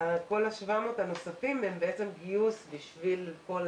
כל ה-700 הנוספים הם בעצם גיוס לפרויקט